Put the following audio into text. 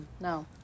no